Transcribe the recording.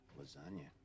Lasagna